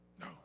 No